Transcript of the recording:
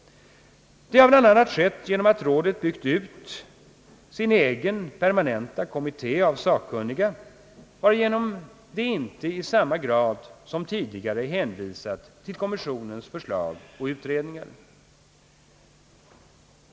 Det har bl.a. skett genom att rådet byggt ut sin egen permanenta kommitté av sakkunniga, varigenom det inte i samma grad som tidigare är hänvisat till kommissionens förslag och utredningar.